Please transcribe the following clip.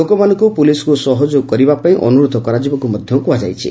ଲୋକମାନଙ୍କୁ ପୁଲିସ୍କୁ ସହଯୋଗ କରିବାପାଇଁ ଅନୁରୋଧ କରାଯିବାକୁ ମଧ୍ୟ କୁହାଯାଇଛି